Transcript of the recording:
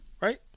Right